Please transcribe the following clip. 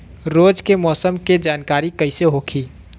रोज के मौसम के जानकारी कइसे होखि?